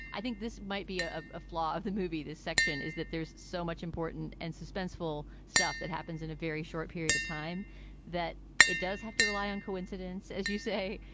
i think this might be ah ah a flaw of the movie. this section is that there's so much important and suspenseful stuff that happens in a very short period of time that it does have to rely on coincidence, as you say,